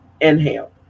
inhale